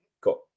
got